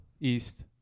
East